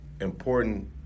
important